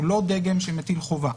הוא לא דגם שמטיל חובה.